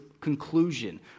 conclusion